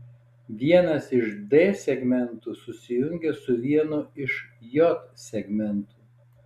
vienas iš d segmentų susijungia su vienu iš j segmentų